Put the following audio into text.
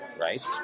right